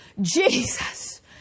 Jesus